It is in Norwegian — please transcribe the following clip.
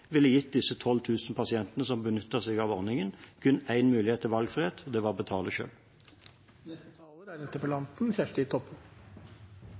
ville gitt de 12 000 pasientene som benytter seg av ordningen, kun én mulighet til valgfrihet, og det ville være å betale selv. Det er